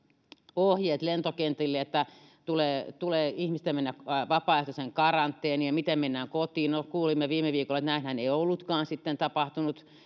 ohjeet lentokentille siitä että tulee tulee ihmisten mennä vapaaehtoiseen karanteeniin ja siitä miten mennään kotiin no kuulimme viime viikolla että näinhän ei ollutkaan sitten tapahtunut